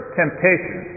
temptation